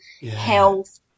health